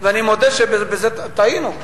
ואני מודה שבזה טעינו,